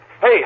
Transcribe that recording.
Hey